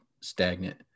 stagnant